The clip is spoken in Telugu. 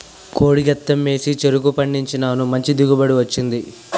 కోడి గెత్తెం ఏసి చెరుకు పండించినాను మంచి దిగుబడి వచ్చింది